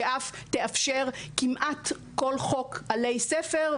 שאף תאפשר כל חוק עלי ספר,